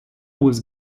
was